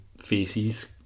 faces